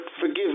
forgive